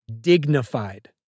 Dignified